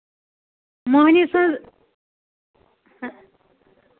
مۄہنِو سٕنٛز